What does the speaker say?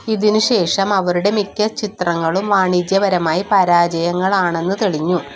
ഇതിനുശേഷം അവരുടെ മിക്ക ചിത്രങ്ങളും വാണിജ്യപരമായി പരാജയങ്ങളാണെന്നു തെളിഞ്ഞു